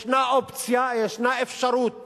ישנה אופציה, ישנה אפשרות